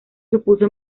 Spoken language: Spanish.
supuso